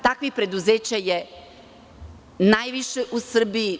Takvih preduzeća je najviše u Srbiji.